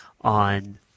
on